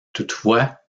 toutefois